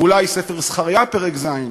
או אולי ספר זכריה פרק ז':